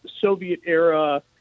Soviet-era